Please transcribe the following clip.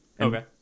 okay